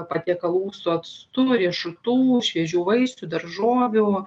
patiekalų su actu riešutų šviežių vaisių daržovių